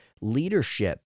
leadership